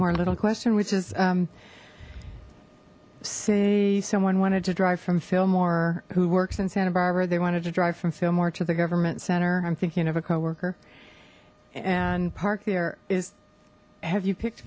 little question which is say someone wanted to drive from fillmore who works in santa barbara they wanted to drive from fillmore to the government center i'm thinking of a co worker and park there is have you picked